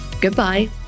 Goodbye